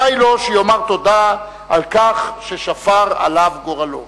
די לו שיאמר תודה על כך ששפר עליו גורלו.